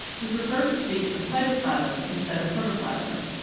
we prefer to speak of cytoplasm in stead of protoplasm,